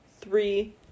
three